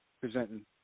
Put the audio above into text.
presenting